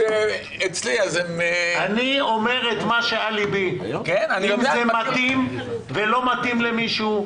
אם זה מתאים ולא מתאים למישהו,